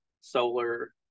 solar